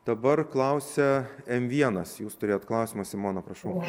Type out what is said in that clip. dabar klausia m vienas jūs turėjot klausimą simona prašau